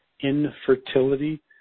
infertility